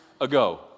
ago